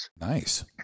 Nice